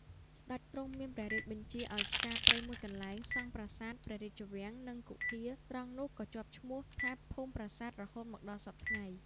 ស្ដេចទ្រង់មានព្រះរាជបញ្ជាឲ្យឆ្ការព្រៃមួយកន្លែង សង់ប្រាសាទ ព្រះរាជវាំង និងគុហា ត្រង់នោះក៏ជាប់ឈ្មោះថា ភូមិប្រាសាទ រហូតមកដល់សព្វថ្ងៃ ។